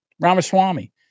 Ramaswamy